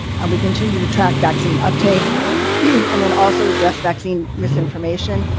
um we continue to track vaccine uptake and then also address vaccine misinformation.